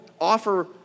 offer